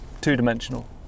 two-dimensional